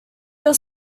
your